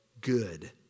good